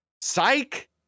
Psych